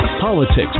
politics